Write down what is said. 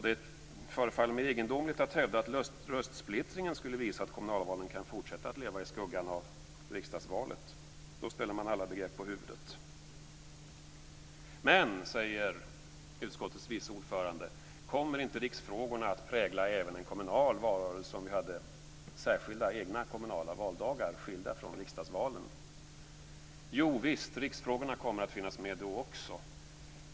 Det förefaller mig egendomligt att hävda att röstsplittringen skulle visa att kommunalvalen kan fortsätta att leva i skuggan av riksdagsvalet. Då ställer man alla begrepp på huvudet. Men, frågar utskottets vice ordförande: Kommer inte riksfrågorna att prägla även en kommunal valrörelse om vi hade särskilda egna kommunala valdagar skilda från riksdagsvalen? Jovisst kommer riksfrågorna att finnas med också då.